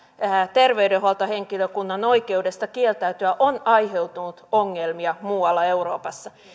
terveydenhuoltohenkilökunnan oikeudesta kieltäytyä on aiheutunut ongelmia muualla euroopassa